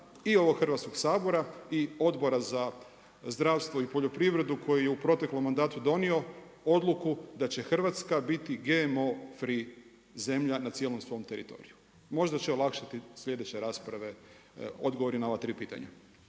i ovog Hrvatskog sabora i Odbora za zdravstvo i poljoprivredu koji je u proteklom mandatu donio odluku da će Hrvatska biti GMO free zemlja na cijelom svom teritoriju? Možda će olakšati sljedeće rasprave odgovori na ova tri pitanja.